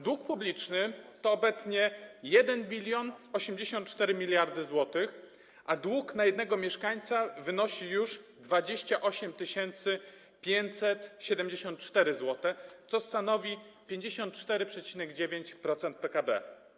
Dług publiczny wynosi obecnie 1084 mld zł, a dług na jednego mieszkańca wynosi już 28 574 zł, co stanowi 54,9% PKB.